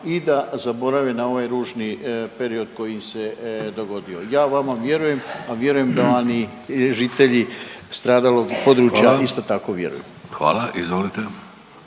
i da zaborave na ovaj ružni period koji im se dogodio. Ja vama vjerujem, a vjerujem da vam i žitelji stradalog područja …/Upadica: Hvala./… isto